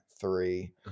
three